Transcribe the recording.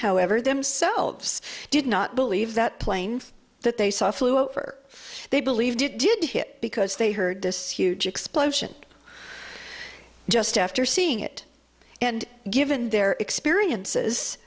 however themselves did not believe that plane that they saw flew over they believed it did hit because they heard this huge explosion just after seeing it and given their experiences